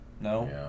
No